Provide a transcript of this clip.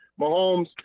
Mahomes